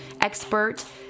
expert